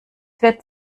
wird